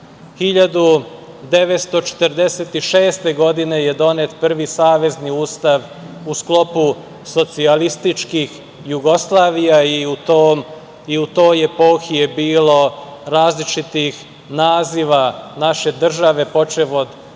1946. godine je donet prvi Savezni ustav u sklopu socijalističkih Jugoslavija i u toj epohi je bilo različitih naziva naše države, počev od